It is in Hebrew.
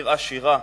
עיר עשירה,